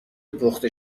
پخته